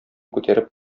күтәреп